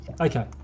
Okay